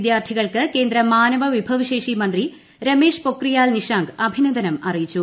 വിദ്യാർത്ഥികൾക്ക് കേന്ദ്ര മാനവ വിഭവശേഷി മന്ത്രി രമേശ് പൊഖ്രിയാൽ നിഷാങ്ക് അഭിനന്ദനം അറിയിച്ചു